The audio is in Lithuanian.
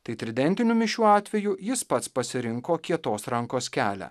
tai tridentinių mišių atveju jis pats pasirinko kietos rankos kelią